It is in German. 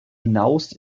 hinaus